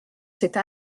cette